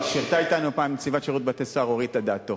שירתה אתנו פעם נציבת שירות בתי-סוהר אורית אדטו.